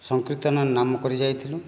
ସଂକୀର୍ତ୍ତନ ନାମ କରି ଯାଇଥିଲୁ